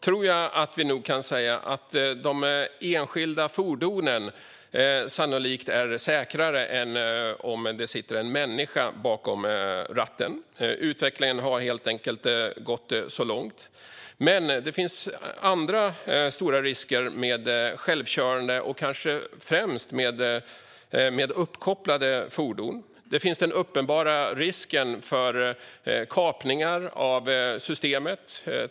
Vi kan nog säga att dessa enskilda fordon sannolikt är säkrare än om det sitter en människa bakom ratten. Utvecklingen har helt enkelt gått så långt. Men det finns andra stora risker med självkörande fordon och kanske främst med uppkopplade fordon. Det finns den uppenbara risken för kapningar av systemet.